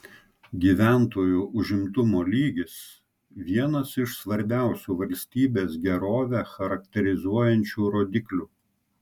gyventojų užimtumo lygis vienas iš svarbiausių valstybės gerovę charakterizuojančių rodiklių